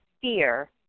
fear